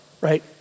right